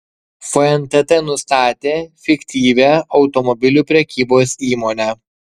fntt nustatė fiktyvią automobilių prekybos įmonę